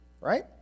right